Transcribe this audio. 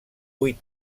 vuit